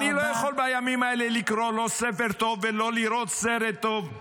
אני לא יכול בימים האלה לקרוא ספר טוב ולא לראות סרט טוב,